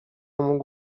mógł